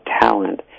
talent